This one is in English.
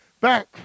back